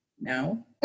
no